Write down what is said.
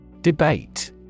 Debate